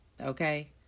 okay